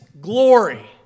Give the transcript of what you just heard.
glory